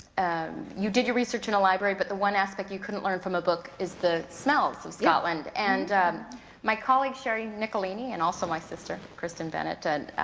and you did your research in a library, but the one aspect you couldn't learn from a book was the smells of scotland. and my colleague sherry nicollini, and also my sister kristin bennett, an